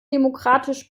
demokratisch